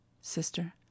sister